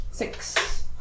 Six